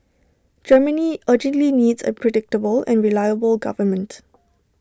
Germany urgently needs A predictable and reliable government